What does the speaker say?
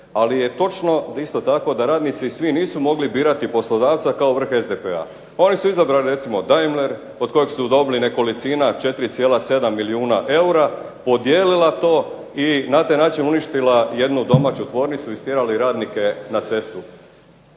isto tako da radnici svi nisu mogli birati poslodavca kao vrh SDP-a. Oni su izabrali recimo Daimler od kojeg su dobili nekolicina 4,7 milijuna eura, podijelila to i na taj način uništila jednu domaću tvornicu i stjerali radnike na cestu.